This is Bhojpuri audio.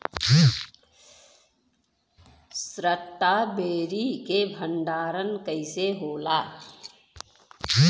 स्ट्रॉबेरी के भंडारन कइसे होला?